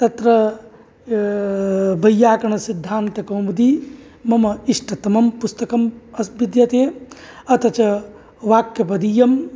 तत्र वैयाकरणसिद्धान्तकौमुदी मम इष्टतमं पुस्तकं अस् विद्यते अथ च वाक्यपदीयं